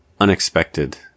unexpected